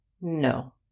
no